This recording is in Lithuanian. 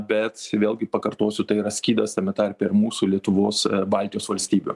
bet vėlgi pakartosiu tai yra skydas tame tarpe ir mūsų lietuvos baltijos valstybių